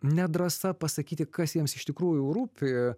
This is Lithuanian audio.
nedrąsa pasakyti kas jiems iš tikrųjų rūpi